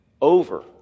over